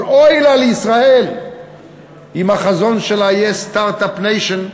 אבל אוי לה לישראל אם החזון שלה יהיה Start-up Nation,